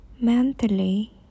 Mentally